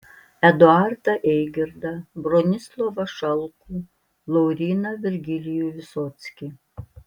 eduardą eigirdą bronislovą šalkų lauryną virgilijų visockį